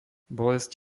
bolesť